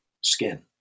skin